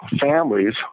families